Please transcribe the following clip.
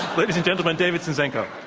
ladies and gentlemen, david zinczenko.